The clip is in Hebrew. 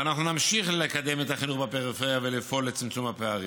ואנו נמשיך לקדם את החינוך בפריפריה ולפעול לצמצום הפערים,